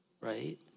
right